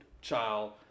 child